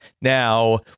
now